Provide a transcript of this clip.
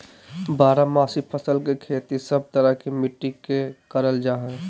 बारहमासी फसल के खेती सब तरह के मिट्टी मे करल जा हय